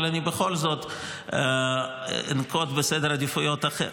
אבל אני בכל זאת אנקוט סדר עדיפויות אחר.